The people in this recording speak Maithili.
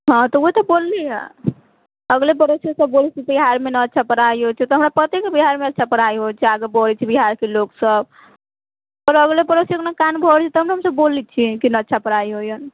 हँ तऽ ओहि तऽ बोलली हँ अगले सभ बोलैत छै बिहारमे नहि अच्छा पढ़ाइ होइत छै तऽ हमरा पते नहि बिहारमे अच्छा पढ़ाइ होइत छै फिर आगाँ बढ़ैत छै बिहारके लोकसभ तब अगले पड़ोसी कान भरलै तब ने हमसभ बोलैत छी कि नहि अच्छा पढ़ाइ होइया